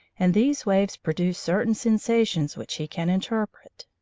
and these waves produce certain sensations which he can interpret.